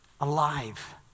alive